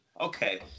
okay